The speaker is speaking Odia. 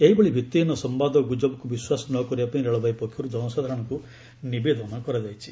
ଏହିଭଳି ଭିତ୍ତିହୀନ ସମ୍ଭାଦ ଓ ଗୁଜବକୁ ବିଶ୍ୱାସ ନ କରିବା ପାଇଁ ରେଳବାଇ ପକ୍ଷରୁ ଜନସାଧାରଣଙ୍କୁ ନିବେଦନ କରାଯାଇଛି